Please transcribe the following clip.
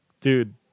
dude